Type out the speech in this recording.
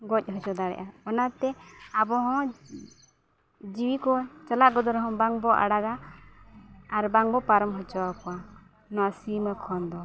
ᱜᱚᱡ ᱦᱚᱪᱚ ᱫᱟᱲᱮᱜᱼᱟ ᱚᱱᱟᱛᱮ ᱟᱵᱚᱦᱚᱸ ᱡᱤᱣᱤ ᱠᱚ ᱪᱟᱞᱟᱣ ᱜᱚᱫᱚᱜ ᱨᱮᱦᱚᱸ ᱵᱟᱝᱵᱚᱱ ᱟᱲᱟᱜᱟ ᱟᱨ ᱵᱟᱝᱵᱚᱱ ᱯᱟᱨᱚᱢ ᱦᱚᱪᱚ ᱟᱠᱚᱣᱟ ᱱᱚᱣᱟ ᱥᱤᱢᱟᱹ ᱠᱷᱚᱱ ᱫᱚ